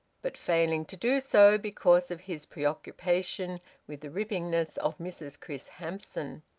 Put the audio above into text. but failing to do so because of his preoccupation with the rippingness of mrs chris hamson.